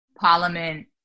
Parliament